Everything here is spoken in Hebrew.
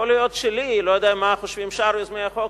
יכול להיות שלי לא יודע מה חושבים שאר יוזמי החוק,